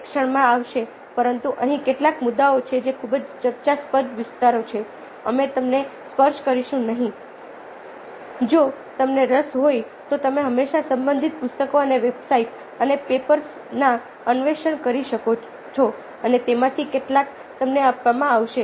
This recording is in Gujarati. એક ક્ષણમાં આવશે પરંતુ અહીં કેટલાક મુદ્દાઓ છે જે ખૂબ જ ચર્ચાસ્પદ વિસ્તારો છે અમે તેમને સ્પર્શ કરીશું નહીં જો તમને રસ હોય તો તમે હંમેશા સંબંધિત પુસ્તકો અને વેબસાઇટ્સ અને પેપર્સને અન્વેષણ કરી શકો છો અને તેમાંથી કેટલાક તમને આપવામાં આવશે